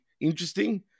interesting